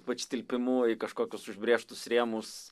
ypač tilpimu į kažkokius užbrėžtus rėmus